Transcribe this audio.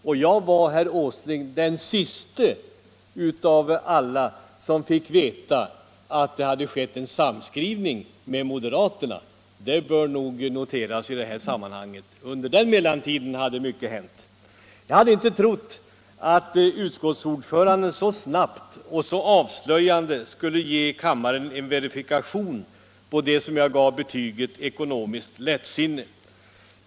Och jag var, herr Åsling — erkänn det — den siste som underrättades om att det hade skett en samskrivning med moderaterna; det bör noteras i detta sammanhang. Under mellantiden hade tydligen mycket hänt. Jag hade inte trott att utskottsordföranden så snabbt och så avslöjande skulle lämna kammaren en verifikation på det som jag gav betyget ekonomiskt lättsinne.